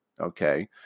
Okay